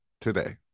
today